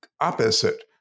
opposite